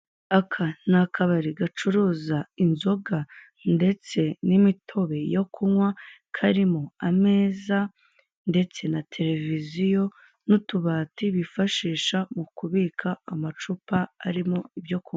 Aka ni akabari gacuruza inzoga ndetse n'imitobe yo kunywa, karimo ameza ndetse na televiziyo n'utubati bifashisha mu kubika amacupa arimo ibyo kunywa.